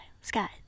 sky